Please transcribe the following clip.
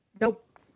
nope